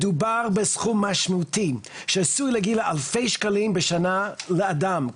מדובר בסכום משמעותי שעשוי להגיע לאלפי שקלים בשנה לאדם,